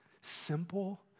simple